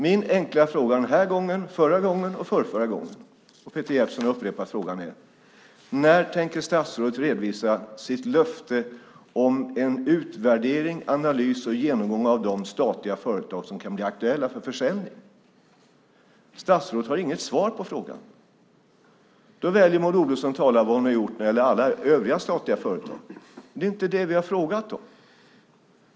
Min enkla fråga den här gången, förra gången och förrförra gången - Peter Jeppsson har upprepat frågan igen - är: När tänker statsrådet redovisa sitt löfte om en utvärdering, analys och genomgång av de statliga företag som kan bli aktuella för försäljning? Statsrådet har inget svar på frågan. Då väljer Maud Olofsson att tala om vad hon har gjort när det gäller alla övriga statliga företag. Det är inte det vi har frågat om.